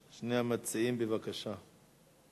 שני המציעים, בבקשה.